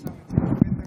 דקה,